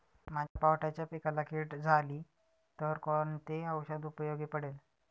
माझ्या पावट्याच्या पिकाला कीड झाली आहे तर कोणते औषध उपयोगी पडेल?